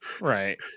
Right